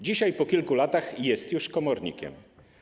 Dzisiaj, po kilku latach, jest już komornikiem.